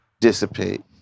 dissipate